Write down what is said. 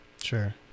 Sure